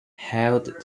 held